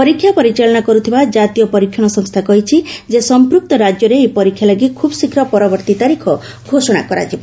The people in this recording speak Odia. ପରୀକ୍ଷା ପରିଚାଳନା କରୁଥିବା କ୍ରାତୀୟ ପରୀକ୍ଷଣ ସଂସ୍ଥା କହିଛି ଯେ ସଂପୂକ୍ତ ରାଜ୍ୟରେ ଏହି ପରୀକ୍ଷା ଲାଗି ଖୁବ୍ ଶୀଘ୍ର ପରବର୍ତ୍ତୀ ତାରିଖ ଘୋଷଣା କରାଯିବ